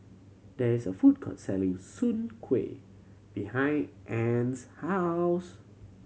there is a food court selling Soon Kueh behind Anne's house